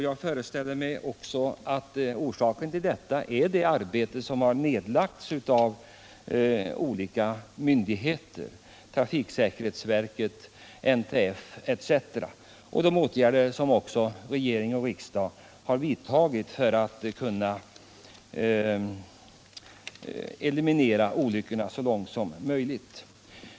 Jag föreställer mig att orsaken till detta är det arbete som nedlagts av olika myndigheter och organisationer — trafiksäkerhetsverket, NTF etc. — och också de åtgärder som regering och riksdag har vidtagit för att eliminera olyckorna så långt som möjligt.